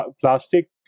plastic